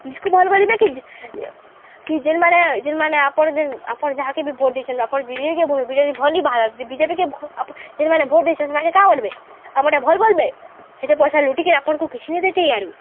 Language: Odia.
ନିଜକୁ ଭଲ କରିବେ କି କି ଯେନ୍ ମାନେ ଯେନ୍ ମାନେ ଆପଣ ଯେନ୍ ଆପଣ ଯାହାକେ ବି ଭୋଟ ଦେଇଛନ୍ତି ଆପଣ ବି ଜେ ପି କେ ବି ଜେ ପି ଭଲ ବି ବାହାରିବା ବିଜେପିକେ ଯେନ୍ ମାନେ ଭୋଟ ଦେଇଛନ୍ ସେମାନେ କାଣ କରିବେ ଆମର୍ଟା ବୋଲ୍ବେ ହେତେ ପଇସା ଲୁଟିକି ଆପଣଙ୍କୁ କିଛି ନାଇଁ ଦେଇଥି ଆରୁ